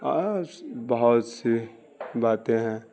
اور ایسی بہت سی باتیں ہیں